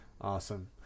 Awesome